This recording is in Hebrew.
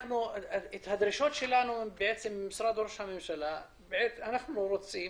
הדרישות שלנו משרד ראש הממשלה הם שאנחנו רוצים